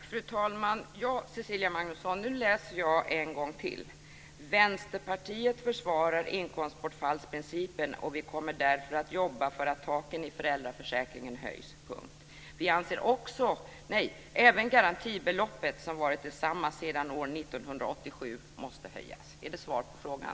Fru talman! Nu läser jag, Cecilia Magnusson, en gång till ur mitt manus: Vänsterpartiet försvarar inkomstbortfallsprincipen, och vi kommer därför att jobba för att taken i föräldraförsäkringen höjs. Även garantibeloppet, som varit det samma sedan år 1987, måste höjas. Är det svar på frågan?